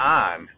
on